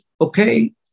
okay